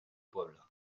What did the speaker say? pueblo